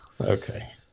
Okay